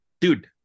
Dude